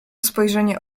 spojrzenie